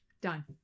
Done